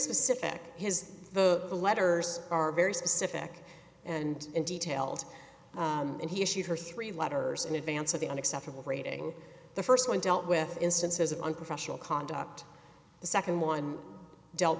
specific his the letters are very specific and detailed and he issued her three letters in advance of the unacceptable rating the first one dealt with instances of unprofessional conduct the second one dealt